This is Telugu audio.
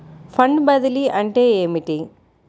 ఫండ్ బదిలీ అంటే ఏమిటి?